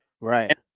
Right